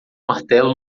martelo